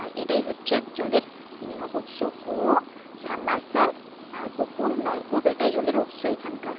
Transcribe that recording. আর এটাই হচ্ছে জলের উৎস কুয়ো সাবমার্শাল আর পুকুর নলকূপ এটা জলের উৎস এখানকার